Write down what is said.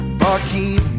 barkeep